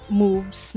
moves